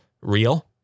real